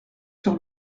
sur